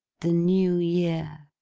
the new year,